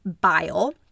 bile